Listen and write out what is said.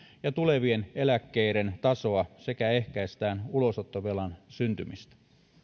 ja tulevien eläkkeiden tasoa sekä ehkäistään ulosottovelan syntymistä